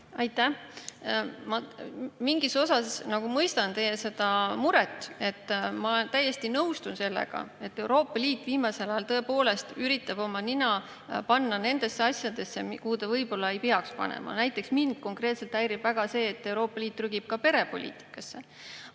Aitäh! Ma mingis osas nagu mõistan seda teie muret. Ma täiesti nõustun sellega, et Euroopa Liit viimasel ajal tõepoolest üritab oma nina panna nendesse asjadesse, kuhu ta võib-olla ei peaks panema. Näiteks mind konkreetselt häirib väga see, et Euroopa Liit trügib ka perepoliitikasse.